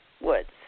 woods